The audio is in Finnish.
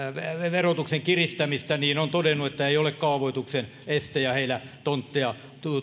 verotuksen kiristämistä että tämä ei ole kaavoituksen este ja heillä tontteja